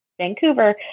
Vancouver